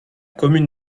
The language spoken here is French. commune